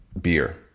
beer